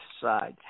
side